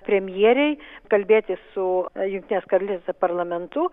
premjerei kalbėti su jungtinės karalystės parlamentu